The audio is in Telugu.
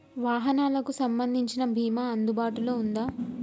వాహనాలకు సంబంధించిన బీమా అందుబాటులో ఉందా?